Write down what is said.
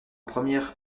première